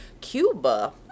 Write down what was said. Cuba